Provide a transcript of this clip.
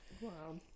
Wow